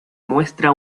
muestra